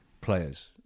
players